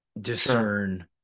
discern